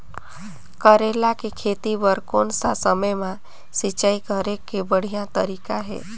करेला के खेती बार कोन सा समय मां सिंचाई करे के बढ़िया तारीक हे?